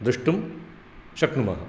द्रष्टुं शक्नुमः